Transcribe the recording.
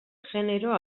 genero